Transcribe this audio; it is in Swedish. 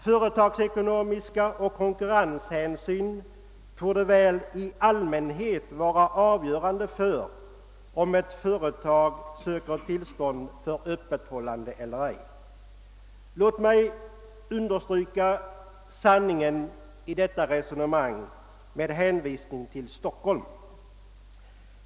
Företagsekonomiska skäl och konkurrenshänsyn torde väl i allmänhet vara avgörande för om ett företag söker tillstånd till öppethållande eller ej.> Låt mig understryka sanningen i detta resonemang med hänvisning till Stockholm.